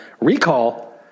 Recall